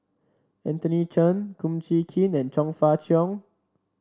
Anthony Chen Kum Chee Kin and Chong Fah Cheong